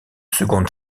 seconde